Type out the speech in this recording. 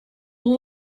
will